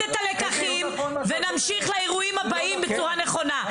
את הלקחים ונמשיך לאירועים הבאים בצורה הנכונה.